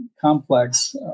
complex